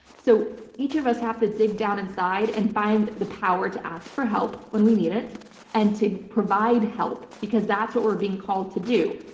so each of us have to dig down inside and find the power to ask for help when we need it and to provide help because that's what we're being called to do.